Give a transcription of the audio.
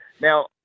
Now